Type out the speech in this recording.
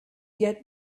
yet